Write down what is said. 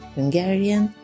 Hungarian